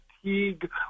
fatigue